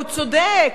הוא צודק,